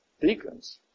deacons